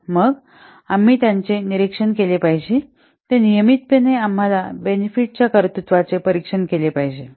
मग आम्ही त्यांचे निरीक्षण केले पाहिजे नियमितपणे आम्हाला बेनेफिट च्या कर्तृत्वाचे परीक्षण केले पाहिजे